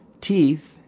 teeth